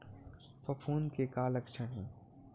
फफूंद के का लक्षण हे?